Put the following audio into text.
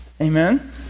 Amen